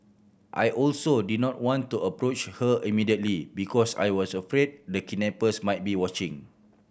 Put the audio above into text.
I also did not want to approach her immediately because I was afraid the kidnappers might be watching